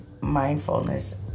mindfulness